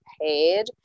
paid